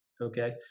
okay